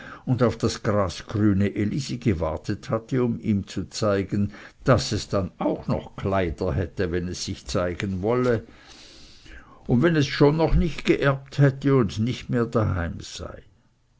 und auf das grasgrüne elisi gewartet hatte um ihm zu zeigen daß es dann auch noch kleider hätte wenn es sich zeigen wolle und wenn es schon noch nicht geerbt hätte und nicht mehr daheim sei